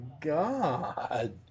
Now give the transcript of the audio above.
god